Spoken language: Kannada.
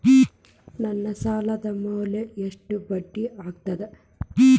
ನನ್ನ ಸಾಲದ್ ಮ್ಯಾಲೆ ಎಷ್ಟ ಬಡ್ಡಿ ಆಗ್ತದ?